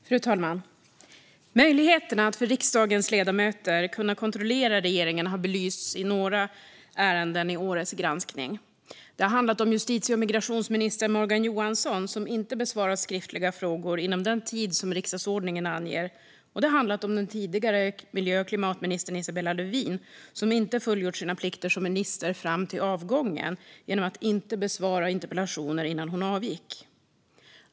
Fru talman! Möjligheterna för riksdagens ledamöter att kontrollera regeringen har belysts i några ärenden i årets granskning. Det har handlat om justitie och migrationsminister Morgan Johansson, som inte besvarat skriftliga frågor inom den tid som riksdagsordningen anger, och om den tidigare miljö och klimatministern Isabella Lövin, som inte fullgjort sina plikter som minister fram till avgången genom att inte besvara interpellationer innan hon avgick.